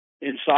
inside